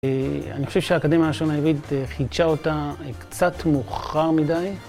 אני חושב שהאקדמיה ללשון העברית חידשה אותה קצת מאוחר מדי